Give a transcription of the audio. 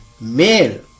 male